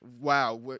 Wow